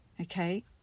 Okay